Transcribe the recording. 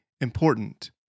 important